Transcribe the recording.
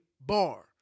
bar